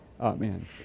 Amen